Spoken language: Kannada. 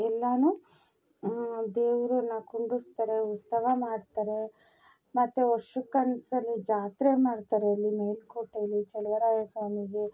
ಎಲ್ಲಾ ದೇವ್ರನ್ನು ಕುಂದುರಿಸ್ತಾರೆ ಉತ್ಸವ ಮಾಡ್ತಾರೆ ಮತ್ತು ವರ್ಷಕ್ಕೆ ಒಂದು ಸರಿ ಜಾತ್ರೆ ಮಾಡ್ತಾರೆ ಅಲ್ಲಿ ಮೇಲುಕೋಟೆಯಲ್ಲಿ ಚೆಲುವರಾಯ ಸ್ವಾಮಿಗೆ